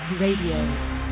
Radio